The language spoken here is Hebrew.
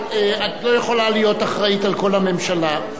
את לא יכולה להיות אחראית לכל הממשלה.